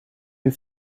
you